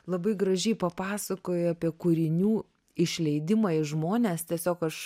labai gražiai papasakoji apie kūrinių išleidimą į žmones tiesiog aš